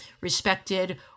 respected